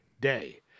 day